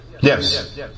Yes